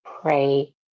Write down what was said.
pray